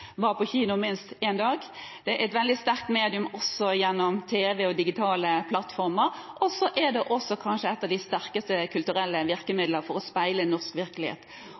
på kino minst én gang. Det er et veldig sterkt medium også gjennom tv og digitale plattformer, og det er kanskje også et av de sterkeste kulturelle virkemidlene for å speile norsk virkelighet.